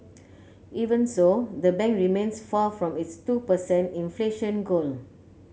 even so the bank remains far from its two percent inflation goal